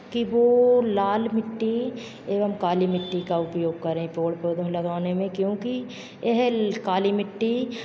कि वो लाल मिट्टी एवं काली मिट्टी का उपयोग करें पेड़ पौधे में लगाने में क्योंकि यह काली मिट्टी